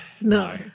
no